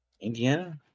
Indiana